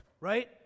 right